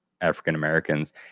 african-americans